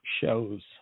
shows